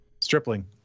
Stripling